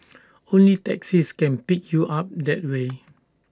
only taxis can pick you up that way